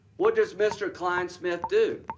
what does mr. klein smith do?